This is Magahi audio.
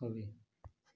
होबे?